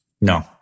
No